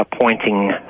appointing